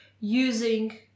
using